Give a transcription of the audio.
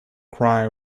cry